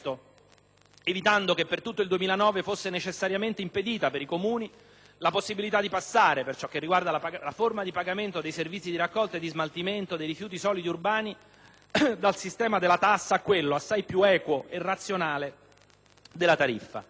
evitando che per tutto il 2009 fosse necessariamente impedita per i Comuni la possibilità di passare, per ciò che riguarda la forma di pagamento dei servizi di raccolta e di smaltimento dei rifiuti solidi urbani, dal sistema della tassa a quello, assai più equo e razionale, della tariffa.